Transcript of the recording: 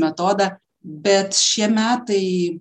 metodą bet šie metai